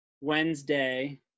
Wednesday